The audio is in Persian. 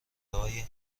های